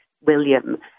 William